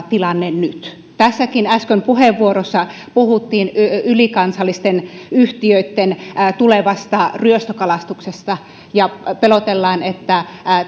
tilanne nyt tässäkin äsken puheenvuorossa puhuttiin ylikansallisten yhtiöitten tulevasta ryöstökalastuksesta ja pelotellaan että